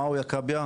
מועאוויה כבהה,